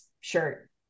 shirt